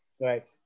right